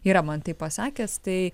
yra man tai pasakęs tai